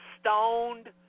stoned